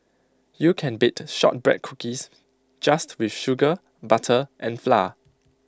you can bake Shortbread Cookies just with sugar butter and flour